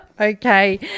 Okay